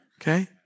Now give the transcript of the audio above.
Okay